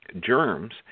germs